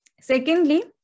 Secondly